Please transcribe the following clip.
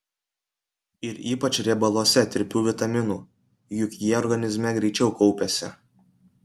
ir ypač riebaluose tirpių vitaminų juk jie organizme greičiau kaupiasi